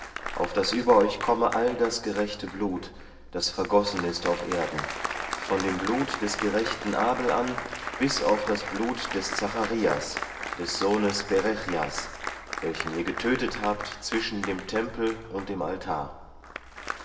auf daß über euch komme all das gerechte blut das vergossen ist auf erden von dem blut des gerechten abel an bis auf das blut des zacharias des sohnes berechja's welchen ihr getötet habt zwischen dem tempel und dem altar